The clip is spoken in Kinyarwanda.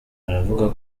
aravuga